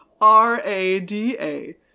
R-A-D-A